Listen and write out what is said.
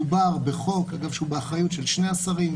מדובר בחוק שהוא באחריות של שני השרים,